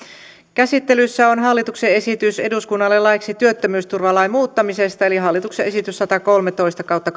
käsittelyssä on hallituksen esitys eduskunnalle laiksi työttömyysturvalain muuttamisesta eli hallituksen esitys satakolmetoista kautta